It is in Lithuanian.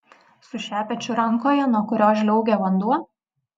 su šepečiu rankoje nuo kurio žliaugia vanduo